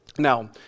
Now